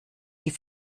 die